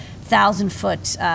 thousand-foot